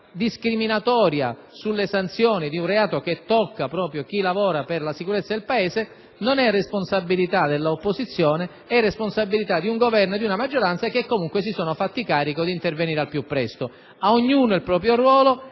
riguarda le sanzioni di un reato che tocca proprio chi lavora per la sicurezza del Paese, non è responsabilità dell'opposizione ma di un Governo e di una maggioranza, che comunque si sono fatti carico di intervenire al più presto. A ognuno il proprio ruolo,